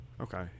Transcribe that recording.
Okay